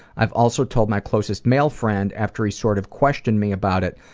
i've also told my closest male friend after he sort of questioned me about it,